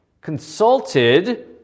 consulted